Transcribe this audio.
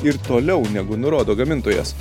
ir toliau negu nurodo gamintojas